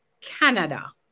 Canada